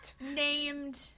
named